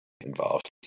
involved